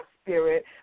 spirit